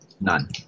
None